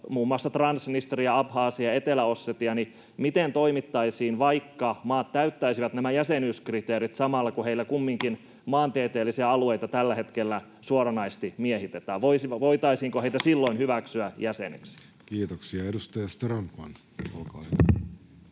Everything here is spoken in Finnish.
muun muassa Transnistria, Abhasia ja Etelä-Ossetia, niin miten toimittaisiin, jos maat täyttäisivät nämä jäsenyyskriteerit samalla kun heillä kumminkin maantieteellisiä alueita tällä hetkellä suoranaisesti miehitetään? Voitaisiinko heitä silloin hyväksyä jäseneksi? Kiitoksia. — Edustaja Strandman, olkaa hyvä.